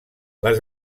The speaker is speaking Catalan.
les